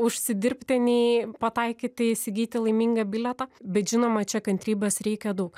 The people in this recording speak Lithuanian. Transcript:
užsidirbti nei pataikyti įsigyti laimingą bilietą bet žinoma čia kantrybės reikia daug